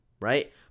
Right